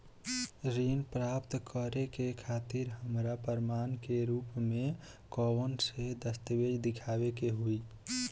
ऋण प्राप्त करे के खातिर हमरा प्रमाण के रूप में कउन से दस्तावेज़ दिखावे के होइ?